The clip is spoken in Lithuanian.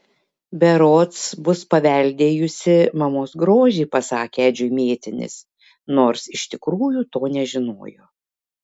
berods bus paveldėjusi mamos grožį pasakė edžiui mėtinis nors iš tikrųjų to nežinojo